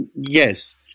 Yes